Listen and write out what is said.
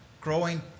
growing